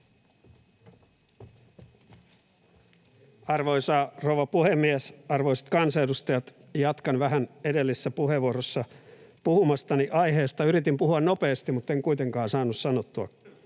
Arvoisa rouva puhemies! Arvoisat kansanedustajat! Jatkan vähän edellisessä puheenvuorossa puhumastani aiheesta. Yritin puhua nopeasti, mutten kuitenkaan saanut sanottua